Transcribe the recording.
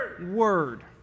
word